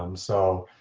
um so,